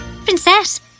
Princess